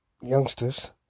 youngsters